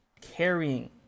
Carrying